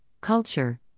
culture